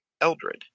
Eldred